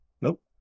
Nope